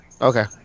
Okay